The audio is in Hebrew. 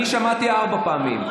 אני שמעתי ארבע פעמים.